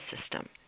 system